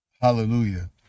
Hallelujah